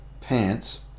pants